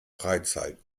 freizeit